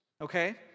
okay